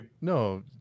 no